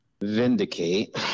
Vindicate